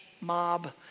mob